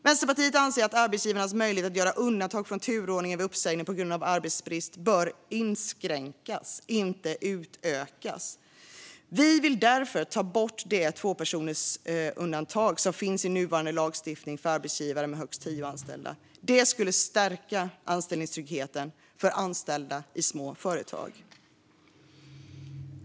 Vänsterpartiet anser att arbetsgivarnas möjlighet att göra undantag från turordningen vid uppsägning på grund av arbetsbrist bör inskränkas, inte utökas. Vi vill därför ta bort det tvåpersonersundantag som finns i nuvarande lagstiftning för arbetsgivare med högst tio anställda. Det skulle stärka anställningstryggheten för anställda i små företag.